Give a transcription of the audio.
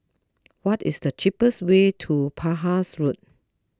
what is the cheapest way to Penhas Road